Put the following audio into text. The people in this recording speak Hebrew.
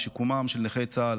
לשיקומם של נכי צה"ל.